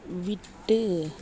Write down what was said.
விட்டு